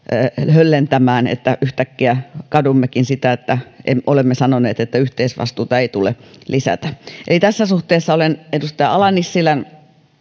höllentämään että yhtäkkiä kadummekin sitä että olemme sanoneet että yhteisvastuuta ei tule lisätä eli tässä suhteessa olen edustaja ala nissilän